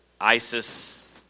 ISIS